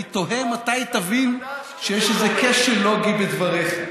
אני תוהה מתי תבין שיש איזה כשל לוגי בדבריך.